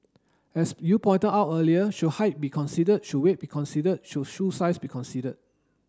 as you pointed out earlier should height be considered should weight be considered should shoe size be considered